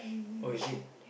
oh is it